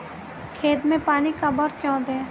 खेत में पानी कब और क्यों दें?